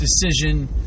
decision